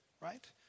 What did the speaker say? right